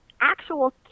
actual